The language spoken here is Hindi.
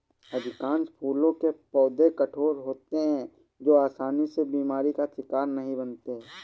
अधिकांश फूलों के पौधे कठोर होते हैं जो आसानी से बीमारी का शिकार नहीं बनते